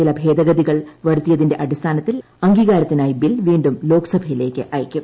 ചില ഭേദഗതികൾ വരുത്തിയതിന്റെ അടിസ്ഥാനത്തിൽ അംഗീകാരത്തിനായി ബിൽ വീണ്ടും ലോക്സഭയിലേക്ക് അയയ്ക്കും